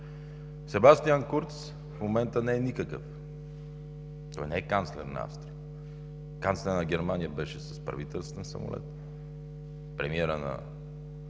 Себастиан Курц в момента не е никакъв, той не е канцлер на Австрия. Канцлерът на Германия беше с правителствен самолет, премиерът на